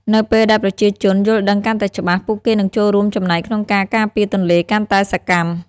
នៅពេលដែលប្រជាជនយល់ដឹងកាន់តែច្បាស់ ពួកគេនឹងចូលរួមចំណែកក្នុងការការពារទន្លេកាន់តែសកម្ម។